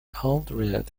aldred